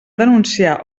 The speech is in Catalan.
denunciar